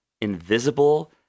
invisible